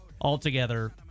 altogether